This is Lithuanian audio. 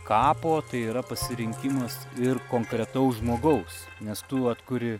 kapo tai yra pasirinkimas ir konkretaus žmogaus nes tu atkuri